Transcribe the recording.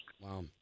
Wow